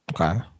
Okay